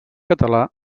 català